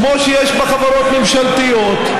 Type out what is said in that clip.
כמו שיש בחברות ממשלתיות,